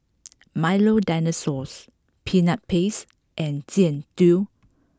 Milo Dinosaurs Peanut Paste and Jian Dui